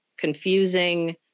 confusing